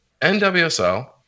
NWSL